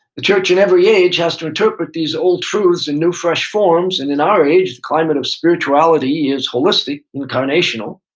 the church in every age has to interpret these old truths in new fresh forms, and in our age the climate of spirituality is wholistic, incarnational,